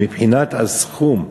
מבחינת הסכום,